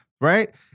right